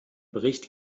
bericht